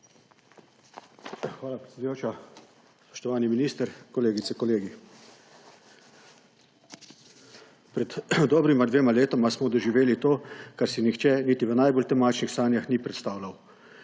Hvala, predsedujoča. Spoštovani minister, kolegice, kolegi! Pred dobrima dvema letoma smo doživeli to, kar si nihče niti v najbolj temačnih sanjah ni predstavljal